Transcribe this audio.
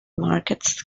markets